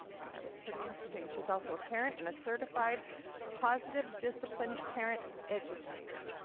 that that was pretty interesting. she's also a parent and a certified positive discipline parent educator.